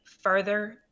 further